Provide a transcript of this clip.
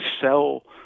sell